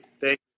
thank